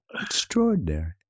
extraordinary